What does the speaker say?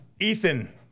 Ethan